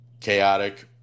chaotic